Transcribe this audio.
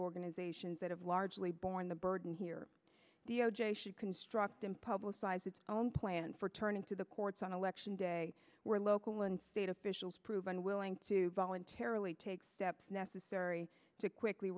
organizations that have largely borne the burden here d o j should construct and publicize its own plan for turning to the courts on election day where local and state officials prove unwilling to voluntarily take steps necessary to quickly